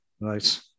Right